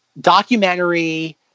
documentary